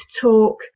talk